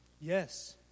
Yes